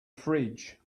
fridge